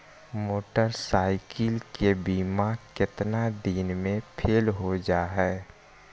Motorcycle के बिमा केतना दिन मे फेल हो जा है?